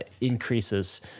increases